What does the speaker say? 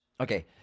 Okay